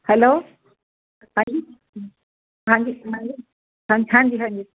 hello ਹਾਂਜੀ ਹਾਂਜੀ ਹਾਂਜੀ ਹਾਂਜੀ